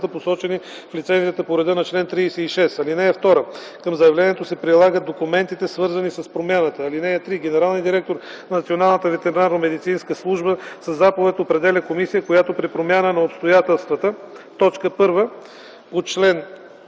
посочени в лицензията, по реда на чл. 36. (2) Към заявлението се прилагат документите, свързани с промяната. (3) Генералният директор на Националната ветеринарномедицинска служба със заповед определя комисия, която при промяна на обстоятелства: 1. по чл.